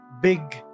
big